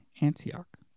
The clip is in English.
Antioch